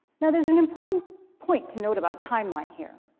now there's an important point to note about timeline here.